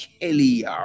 Kelly